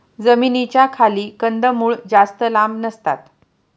जमिनीच्या खाली कंदमुळं जास्त लांब नसतात